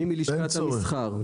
אני מלשכת המסחר.